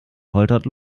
poltert